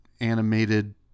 animated